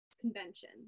Convention